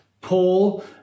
Paul